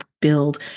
build